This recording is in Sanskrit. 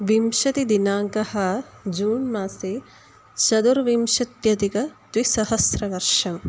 विंशतिदिनाङ्कः जून् मासे चतुर्विंशत्यधिकद्विसहस्रवर्षम्